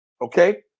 Okay